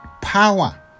Power